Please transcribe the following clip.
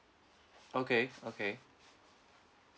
okay okay